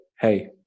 hey